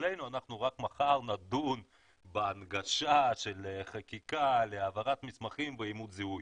ואצלנו אנחנו רק מחר נדון בהנגשה של חקיקה להעברת מסמכים ואימות זיהוי.